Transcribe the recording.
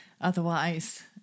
Otherwise